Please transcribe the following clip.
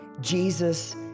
Jesus